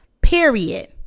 period